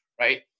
right